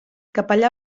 capellà